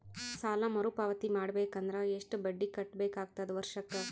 ಸಾಲಾ ಮರು ಪಾವತಿ ಮಾಡಬೇಕು ಅಂದ್ರ ಎಷ್ಟ ಬಡ್ಡಿ ಕಟ್ಟಬೇಕಾಗತದ ವರ್ಷಕ್ಕ?